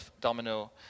domino